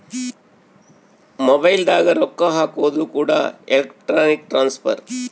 mobile ದಾಗ ರೊಕ್ಕ ಹಾಕೋದು ಕೂಡ ಎಲೆಕ್ಟ್ರಾನಿಕ್ ಟ್ರಾನ್ಸ್ಫರ್